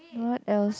what else